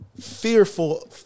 fearful